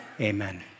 Amen